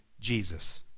Jesus